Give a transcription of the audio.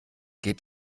geht